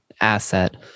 asset